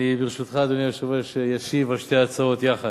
ברשותך, אדוני היושב-ראש, אשיב על שתי ההצעות יחד.